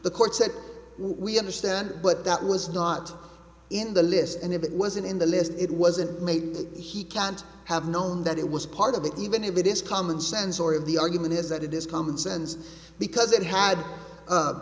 the court said we understand but that was not in the list and it wasn't in the list it wasn't made that he can't have known that it was part of it even if it is common sense or of the argument is that it is common sense because it had